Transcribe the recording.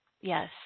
yes